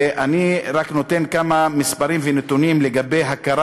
ואני רק נותן כמה מספרים ונתונים לגבי הכרה